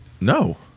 No